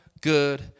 good